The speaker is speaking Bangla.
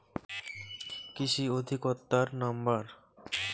কৃষি অধিকর্তার নাম্বার?